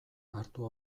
hartu